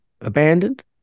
abandoned